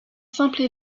simple